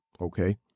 okay